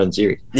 series